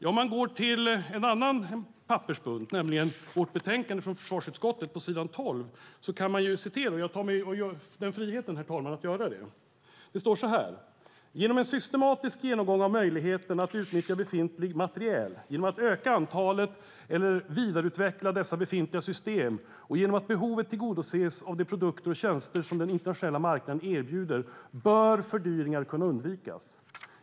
På s. 12 i en annan pappersbunt, nämligen vårt betänkande, står att läsa: "Genom en systematisk genomgång av möjligheterna att utnyttja befintlig materiel, genom att öka antalet eller vidareutveckla dessa befintliga system och genom att behovet tillgodoses av de produkter och tjänster som den internationella marknaden erbjuder bör fördyringar kunna undvikas.